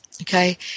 Okay